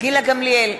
גילה גמליאל,